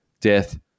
death